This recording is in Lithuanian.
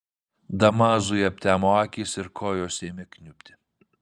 damazui aptemo akys ir kojos ėmė kniubti